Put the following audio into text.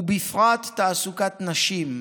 ובפרט תעסוקת נשים,